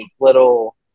little